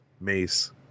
Mace